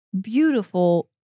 beautiful